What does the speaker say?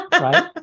right